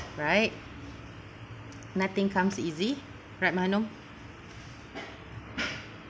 right nothing comes easy right mahanom